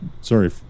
sorry